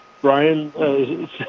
Brian